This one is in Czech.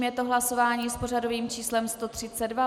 Je to hlasování s pořadovým číslem 132.